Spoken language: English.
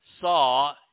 saw